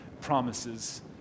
promises